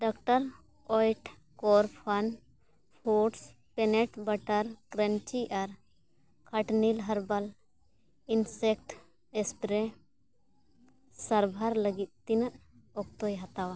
doctor Oetker FunFoods peanut butter crunchy ᱟᱨ ᱠᱟᱴᱱᱤᱞ herbal insect spray ᱥᱟᱵᱷᱟᱨ ᱞᱟᱹᱜᱤᱫ ᱛᱤᱱᱟᱹᱜ ᱚᱠᱛᱚᱭ ᱦᱟᱛᱟᱣᱟ